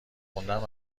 خوندن